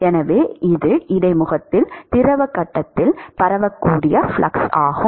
எனவே இது இடைமுகத்தில் திரவ கட்டத்தில் பரவக்கூடிய ஃப்ளக்ஸ் ஆகும்